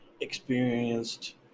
experienced